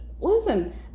listen